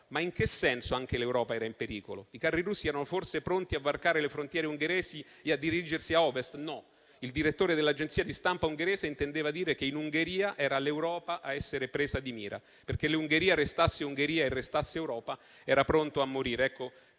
Ma in che senso anche l'Europa era in pericolo? I carri russi erano forse pronti a varcare le frontiere ungheresi e a dirigersi a Ovest? No. Il direttore dell'agenzia di stampa ungherese intendeva dire che in Ungheria era l'Europa a essere presa di mira. Perché l'Ungheria restasse Ungheria e restasse Europa era pronto a morire.